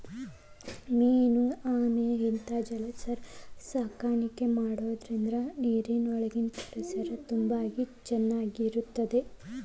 main ಆಮೆ ಇಂತಾ ಜಲಚರ ಸಾಕಾಣಿಕೆ ಮಾಡೋದ್ರಿಂದ ನೇರಿನ ಒಳಗಿನ ಪರಿಸರನ ಚೊಲೋ ಇಡಬೋದು